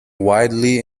widely